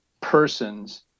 persons